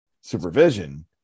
supervision